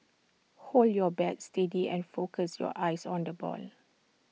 hold your bat steady and focus your eyes on the ball